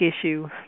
issue